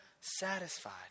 satisfied